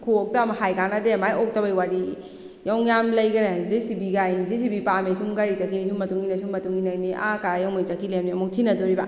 ꯈꯨꯑꯣꯛꯇ ꯑꯃ ꯍꯥꯏ ꯀꯥꯟꯅꯗꯦ ꯃꯥꯒꯤ ꯑꯣꯛꯇꯕꯒꯤ ꯋꯥꯔꯤ ꯌꯦꯡꯉꯨ ꯌꯥꯝ ꯂꯩꯈꯔꯦ ꯖꯦ ꯁꯤ ꯕꯤ ꯒꯥꯔꯤ ꯖꯦ ꯁꯤ ꯕꯤ ꯄꯥꯝꯃꯦ ꯁꯨꯝ ꯒꯥꯔꯤ ꯆꯠꯈꯤꯅꯤ ꯁꯨꯝ ꯃꯇꯨꯡ ꯏꯟꯅ ꯁꯨꯝ ꯃꯇꯨꯡ ꯏꯟꯅꯈꯤꯅꯤ ꯑꯥ ꯀꯥꯏ ꯌꯧꯅ ꯆꯠꯈꯤ ꯂꯩꯔꯝꯅꯤ ꯑꯃꯨꯛ ꯊꯤꯅꯗꯣꯏꯕ